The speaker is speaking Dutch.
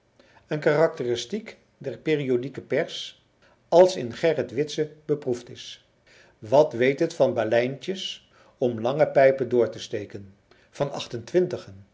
een karakteristiek der periodieke pers als in gerrit witse beproefd is wat weet het van baleintjes om lange pijpen door te steken van achtëntwintigen